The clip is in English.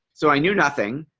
so i knew nothing.